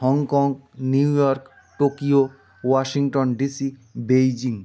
Hong Kong New York Tokyo Washington DC Beijing